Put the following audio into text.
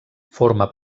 forma